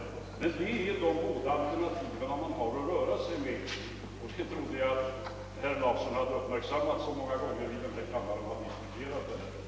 Men det är dessa båda alternativ vi har att röra oss med, och det trodde jag herr Larsson hade uppmärksammat, så många gånger som problemet diskuterats i denna kammare.